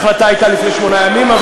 ההחלטה הייתה לפני שמונה ימים,